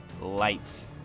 lights